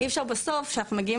אי אפשר בסוף, כשאנחנו מגיעים